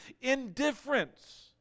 indifference